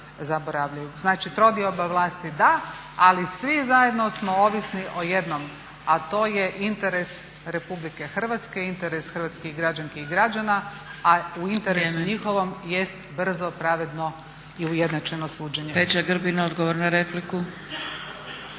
Znači trodioba vlasti da, ali svi zajedno smo ovisni o jednom a to je interes Republike Hrvatske, interes hrvatskih građanki i građana a u interesu njihovom je brzo, pravedno i ujednačeno suđenje.